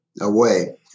away